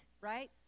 right